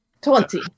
Twenty